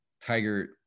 Tiger